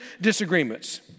disagreements